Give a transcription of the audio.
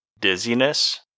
dizziness